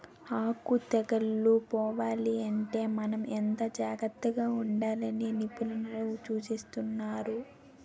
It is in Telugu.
ఆకు తెగుళ్ళు పోవాలంటే మనం ఎంతో జాగ్రత్తగా ఉండాలని నిపుణులు సూచిస్తున్నారు